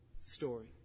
story